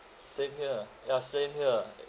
same here ya same here